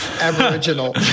Aboriginal